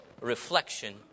reflection